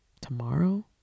tomorrow